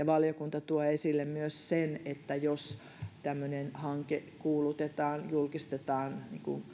valiokunta tuo esille myös sen että jos tämmöinen hanke kuulutetaan julkistetaan